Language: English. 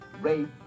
rape